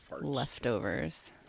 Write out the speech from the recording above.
leftovers